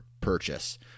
purchase